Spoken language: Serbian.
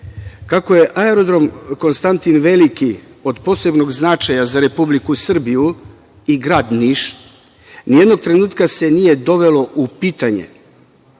Kako je aerodrom „Konstantin Veliki“ od posebnog značaja za Republiku Srbiju i grad Niš, nijednog trenutka se nije dovelo u pitanje,